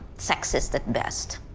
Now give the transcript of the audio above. sexist at best,